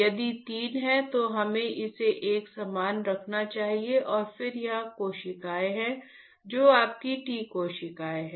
यदि तीन हैं तो हमें इसे एक समान रखना चाहिए और फिर यहाँ कोशिकाएं हैं जो आपकी T कोशिकाएं हैं